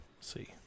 see